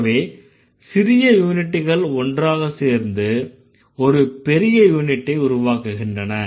ஆகவே சிறிய யூனிட்டுகள் ஒன்றாக சேர்ந்து ஒரு பெரிய யூனிட்டை உருவாக்குகின்றன